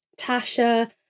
Tasha